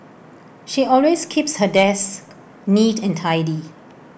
she always keeps her desk neat and tidy